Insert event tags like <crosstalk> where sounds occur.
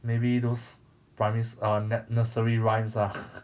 maybe those primary err nur~ nursery rhymes ah <laughs>